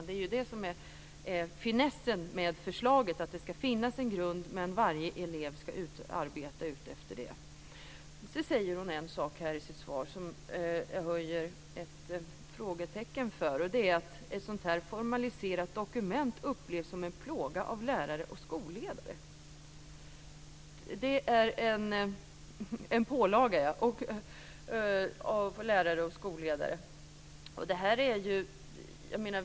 Det är ju det som är finessen med förslaget: Det ska finnas en grund, men varje elev ska arbeta utifrån den. Sedan säger hon en sak i sitt svar som jag höjer ett frågetecken för, nämligen att ett sådant här formaliserat dokument upplevs som en pålaga av lärare och skolledare.